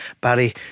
Barry